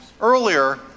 Earlier